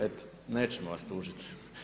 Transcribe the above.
Eto, nećemo vas tužiti.